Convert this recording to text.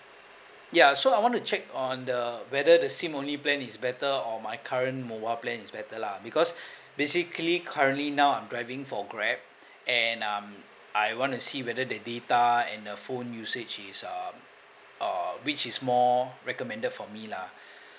ya so I want to check on the whether the SIM only plan is better or my current mobile plan is better lah because basically currently now I'm driving for grab and um I want to see whether the data and the phone usage is uh uh which is more recommended for me lah